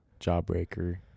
jawbreaker